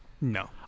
No